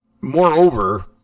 Moreover